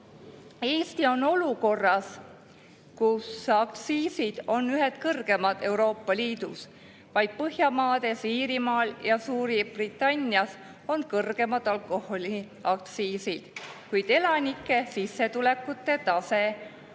Eesti on olukorras, kus aktsiisid on ühed kõrgemad Euroopa Liidus. Vaid Põhjamaades, Iirimaal ja Suurbritannias on kõrgemad alkoholiaktsiisid, kuid elanike sissetulekute tase on